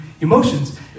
emotions